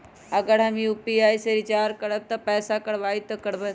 अगर हम यू.पी.आई से रिचार्ज करबै त पैसा गड़बड़ाई वो करतई?